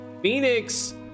phoenix